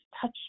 touch